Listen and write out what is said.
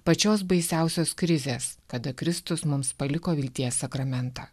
pačios baisiausios krizės kada kristus mums paliko vilties sakramentą